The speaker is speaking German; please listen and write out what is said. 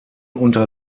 unter